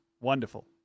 Wonderful